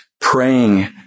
praying